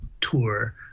tour